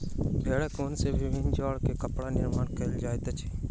भेड़क ऊन सॅ विभिन्न जाड़ के कपड़ा निर्माण कयल जाइत अछि